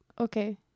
Okay